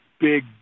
big